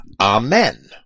amen